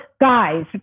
Guys